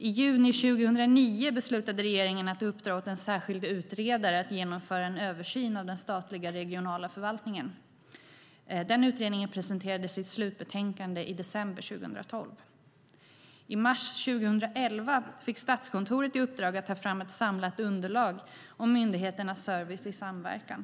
I juni 2009 beslutade regeringen att uppdra åt en särskild utredare att genomföra en översyn av den statliga regionala förvaltningen. Den utredningen presenterade sitt slutbetänkande i december 2012. I mars 2011 fick Statskontoret i uppdrag att ta fram ett samlat underlag om myndigheternas service i samverkan.